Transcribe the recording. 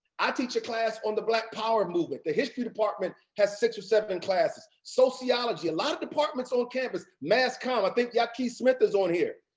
i teach a class on the black power movement. the history department has six or seven classes, sociology, a lot of departments on campus, mass comm, i think ya'ke smith is on here.